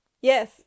Yes